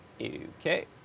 Okay